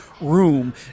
room